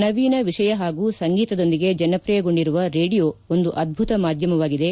ನವೀನ ವಿಷಯ ಹಾಗೂ ಸಂಗೀತದೊಂದಿಗೆ ಜನಪ್ರಿಯಗೊಂಡಿರುವ ರೇಡಿಯೊ ಒಂದು ಅದ್ಲುತ ಮಾಧ್ಯಮವಾಗಿದೆ